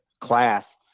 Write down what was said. class